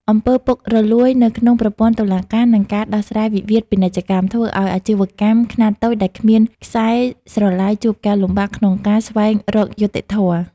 អំពើពុករលួយ នៅក្នុងប្រព័ន្ធតុលាការ និងការដោះស្រាយវិវាទពាណិជ្ជកម្ម ធ្វើឱ្យអាជីវកម្មខ្នាតតូចដែលគ្មានខ្សែស្រឡាយជួបការលំបាកក្នុងការស្វែងរកយុត្តិធម៌។